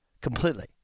Completely